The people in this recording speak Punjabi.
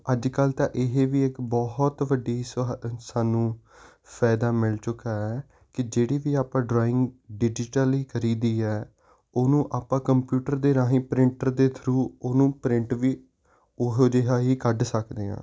ਅੱਜ ਕੱਲ੍ਹ ਤਾਂ ਇਹ ਵੀ ਇੱਕ ਬਹੁਤ ਵੱਡੀ ਸ਼ ਸਾਨੂੰ ਫਾਇਦਾ ਮਿਲ ਚੁੱਕਾ ਹੈ ਕਿ ਜਿਹੜੀ ਵੀ ਆਪਾਂ ਡਰਾਇੰਗ ਡਿਜੀਟਲੀ ਕਰੀਦੀ ਹੈ ਉਹਨੂੰ ਆਪਾਂ ਕੰਪਿਊਟਰ ਦੇ ਰਾਹੀਂ ਪ੍ਰਿੰਟਰ ਦੇ ਥਰੂ ਉਹਨੂੰ ਪ੍ਰਿੰਟ ਵੀ ਉਹੋ ਜਿਹਾ ਹੀ ਕੱਢ ਸਕਦੇ ਹਾਂ